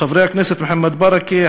חברי הכנסת מוחמד ברכה,